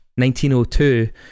1902